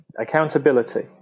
accountability